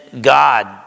God